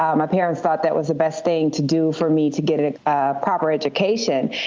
um ah parents thought that was the best thing to do for me to get a ah proper education.